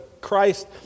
Christ